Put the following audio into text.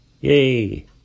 Yay